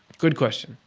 good question.